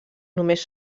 només